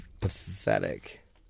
pathetic